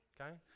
Okay